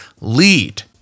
lead